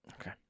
Okay